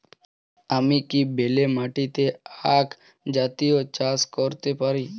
আমি কি বেলে মাটিতে আক জাতীয় চাষ করতে পারি?